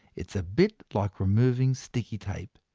it's a bit like removing sticky tape.